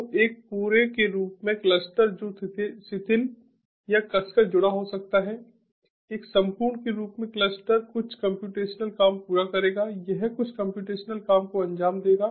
तो एक पूरे के रूप में क्लस्टर जो शिथिल या कसकर जुड़ा हो सकता है एक संपूर्ण के रूप में क्लस्टर कुछ कम्प्यूटेशनल काम पूरा करेगा यह कुछ कम्प्यूटेशनल काम को अंजाम देगा